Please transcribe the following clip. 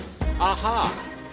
Aha